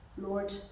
Lord